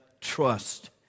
trust